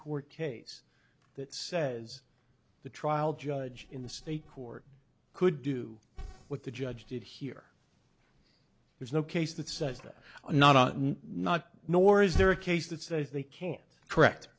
court case that says the trial judge in the state court could do with the judge did here there's no case that says that i'm not i'm not nor is there a case that says they can't correct